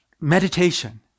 meditation